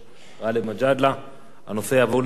הנושא יעבור לדיון בוועדת הבריאות של הכנסת.